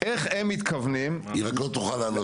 איך הם מתכוונים --- רק היא לא תוכל לענות.